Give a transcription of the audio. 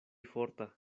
forta